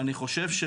ואני חושב,